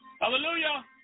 Hallelujah